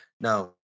now